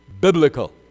biblical